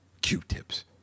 Q-tips